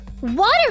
Water